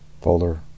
folder